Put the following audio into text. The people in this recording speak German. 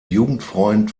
jugendfreund